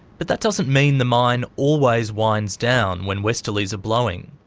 but that doesn't mean the mine always winds down when westerlies are blowing.